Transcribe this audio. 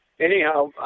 Anyhow